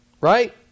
Right